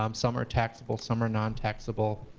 um some are taxable, some are non-taxable.